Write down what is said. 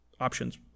options